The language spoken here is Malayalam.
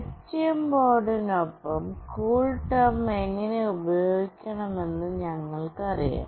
എസ്ടിഎം ബോർഡിനൊപ്പം കൂൾടെർം എങ്ങനെ ഉപയോഗിക്കണമെന്ന് ഞങ്ങൾക്കറിയാം